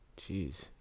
Jeez